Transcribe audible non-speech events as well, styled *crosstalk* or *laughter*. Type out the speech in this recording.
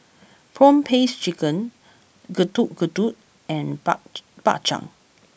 Prawn Paste Chicken Getuk Getuk and *hesitation* Bak Chang